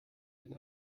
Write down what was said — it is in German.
den